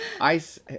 ice